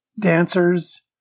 dancers